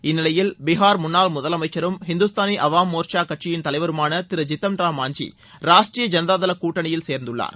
இந்நிலையில் பீகார் முன்னாள் முதலமைச்சரும் ஹிந்துஸ்தானி அவாம் மோர்ட்சா கட்சியின் தலைவருமான திரு ஜித்தன் ராம் மாஞ்சி ராஷ்டீரிய ஜனதா தள கூட்டணியில் சேர்ந்துள்ளார்